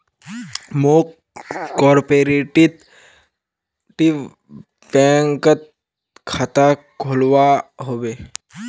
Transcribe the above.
मौक कॉपरेटिव बैंकत खाता खोलवा हबे